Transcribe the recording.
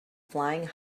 flying